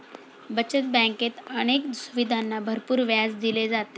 बचत बँकेत अनेक सुविधांना भरपूर व्याज दिले जाते